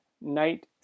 Knight